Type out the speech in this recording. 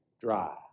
dry